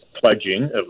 pledging